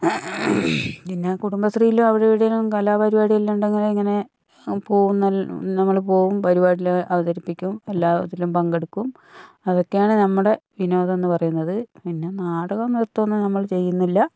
പിന്നെ കുടുംബശ്രീയിലും അവിടിവിടെയെല്ലാം കലാപരിപാടിയെല്ലാം ഉണ്ടെങ്കിൽ ഇങ്ങനെ പോകുന്നതെല്ലാം നമ്മൾ പോകും പരിപാടികൾ അവതരിപ്പിക്കും എല്ലാത്തിലും പങ്കെടുക്കും അതൊക്കെയാണ് നമ്മുടെ വിനോദം എന്ന് പറയുന്നത് പിന്നെ നാടകം നൃത്തമൊന്നും നമ്മൾ ചെയ്യുന്നില്ല